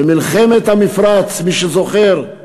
במלחמת המפרץ, מי שזוכר,